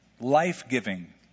Life-giving